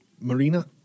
Marina